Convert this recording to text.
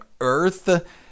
Earth